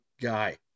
guy